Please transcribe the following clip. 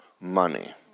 money